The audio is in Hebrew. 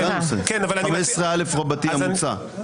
סעיף 15א המוצע.